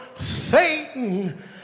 Satan